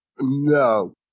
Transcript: No